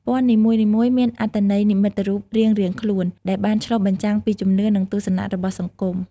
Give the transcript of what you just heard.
ពណ៌នីមួយៗមានអត្ថន័យនិមិត្តរូបរៀងៗខ្លួនដែលបានឆ្លុះបញ្ចាំងពីជំនឿ និងទស្សនៈរបស់សង្គម។